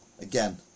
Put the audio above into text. Again